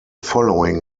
following